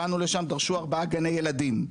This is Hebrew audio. באנו לשם דרשו ארבעה גני ילדים,